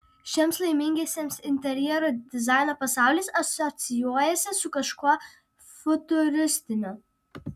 šiems laimingiesiems interjero dizaino pasaulis asocijuojasi su kažkuo futuristiniu